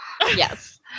Yes